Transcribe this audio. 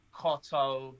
Cotto